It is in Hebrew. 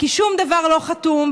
כי שום דבר לא חתום,